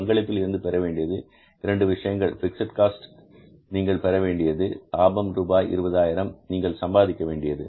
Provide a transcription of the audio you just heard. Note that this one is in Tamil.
பங்களிப்பில் இருந்து பெற வேண்டியது இரண்டு விஷயங்கள் பிக்ஸட் காஸ்ட் நீங்கள் பெற வேண்டியது லாபம் ரூபாய் 20000 நீங்கள் சம்பாதிக்க வேண்டியது